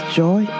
joy